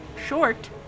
short